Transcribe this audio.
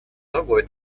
другой